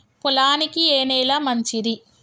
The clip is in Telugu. పొలానికి ఏ నేల మంచిది?